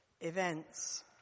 events